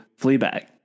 Fleabag